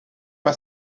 pas